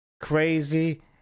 crazy